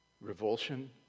Revulsion